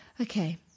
okay